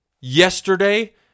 yesterday